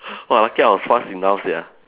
!wah! lucky I was fast enough sia